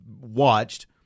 watched